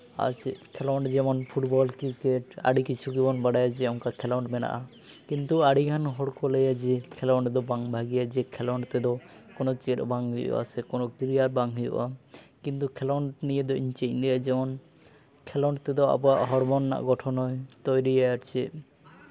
ᱟᱨ ᱠᱷᱮᱞᱚᱱᱰ ᱡᱮᱢᱚᱱ football cricket ᱟᱹᱰᱤᱠᱤᱪᱷᱩ ᱜᱮᱵᱚᱱ ᱵᱟᱲᱟᱭᱟ ᱡᱮ ᱚᱱᱠᱟ ᱠᱷᱮᱞᱚᱱᱰ ᱢᱮᱱᱟᱜᱼᱟ ᱠᱤᱱᱛᱩ ᱟᱹᱰᱤᱜᱟᱱ ᱦᱚᱲᱠᱚ ᱞᱟᱹᱭᱟ ᱡᱮ ᱠᱮᱞᱳᱰ ᱫᱚ ᱵᱟᱝ ᱵᱷᱟᱹᱜᱤᱭᱟ ᱡᱮ ᱠᱷᱮᱞᱚᱱᱰ ᱛᱮᱫᱚ ᱠᱳᱱᱳ ᱪᱮᱫ ᱦᱚᱸ ᱵᱟᱝ ᱦᱩᱭᱩᱜᱼᱟ ᱥᱮ ᱠᱳᱱᱳ ᱠᱨᱤᱭᱟᱨ ᱵᱟᱝ ᱦᱩᱭᱩᱜᱼᱟ ᱠᱤᱱᱛᱩ ᱠᱷᱮᱞᱚᱰ ᱱᱤᱭᱮ ᱫᱚ ᱤᱧ ᱪᱮᱫ ᱤᱧ ᱞᱟᱹᱭᱟ ᱡᱮᱢᱚᱱ ᱠᱷᱮᱞᱳᱰ ᱛᱮᱫᱚ ᱟᱵᱚᱣᱟᱜ ᱦᱚᱲᱢᱚ ᱨᱮᱱᱟᱜ ᱜᱚᱴᱷᱚᱱ ᱦᱚᱸᱭ ᱛᱳᱭᱨᱤᱭᱟᱭ ᱟᱨ ᱪᱮᱫ